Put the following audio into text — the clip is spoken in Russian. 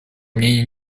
мнению